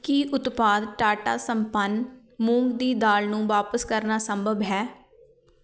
ਕੀ ਉਤਪਾਦ ਟਾਟਾ ਸੰਪਨ ਮੂੰਗ ਦੀ ਦਾਲ ਨੂੰ ਵਾਪਸ ਕਰਨਾ ਸੰਭਵ ਹੈ